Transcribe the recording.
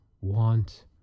want